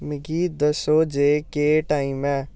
मिगी दस्सो जे केह् टाइम ऐ